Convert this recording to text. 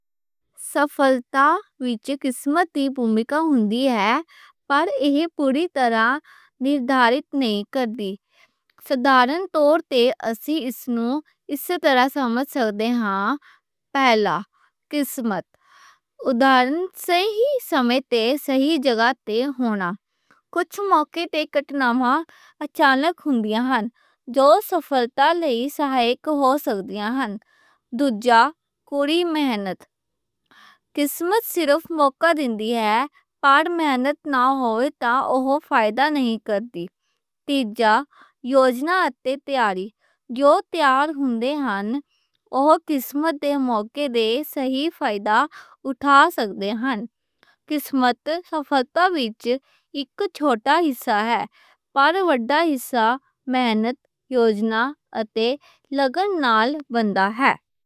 سفلتا وچ قسمت دی سچ مچ اہمیت ہوندی ہے، پر ایہہ پوری طرح طے نہیں کر دی۔ عام طور تے اسیں اینوں ایہو جہے طرح سمجھ سکدے آں۔ پہلا، قسمت، ادھاران صحیح وقت تے صحیح جگہ تے ہونا۔ کُج موقعے تے حادثے اچانک ہوندے نیں، جو سفلتا لئی معاون ہو سکدے نیں۔ دوجا، کڑی محنت، قسمت صرف موقعہ دندی ہے، پر محنت نہ ہووے تاں اوہ فائدہ نہیں کردی۔ تیجا، منصوبہ بندی اتے تیاری، جو تیار ہوندے نیں، اوہ قسمت دے موقعے دے صحیح فائدہ اٹھا سکدے نیں۔ قسمت سفلتا وچ اک چھوٹا حصہ ہے، پر بڑا حصہ محنت، منصوبہ بندی اتے لگن نال بندا ہے۔